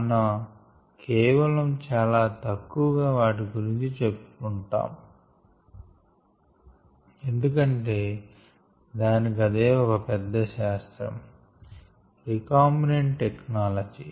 మనం కేవలం చాలా తక్కువగా వాటి గురించి చెప్పుకుంటాం ఎందుకంటే దానికదే ఒక పెద్ద శాస్త్రం రీ కాంబినెంట్ టెక్నలాజి